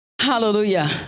Hallelujah